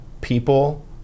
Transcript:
people